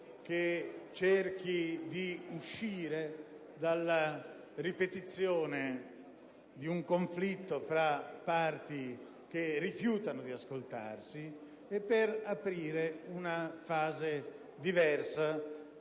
che cerchi di uscire dalla ripetizione di un conflitto tra parti che rifiutano di ascoltarsi per aprire una fase diversa